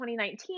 2019